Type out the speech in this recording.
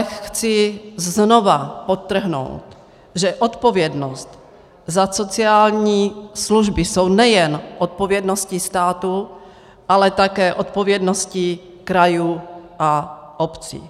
Chci ale znova podtrhnout, že odpovědnost za sociální služby je nejen odpovědností státu, ale také odpovědností krajů a obcí.